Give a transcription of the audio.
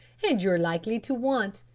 and you're likely to want.